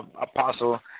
Apostle